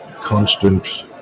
constant